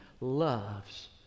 loves